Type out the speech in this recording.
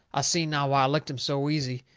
i seen now why i licked him so easy.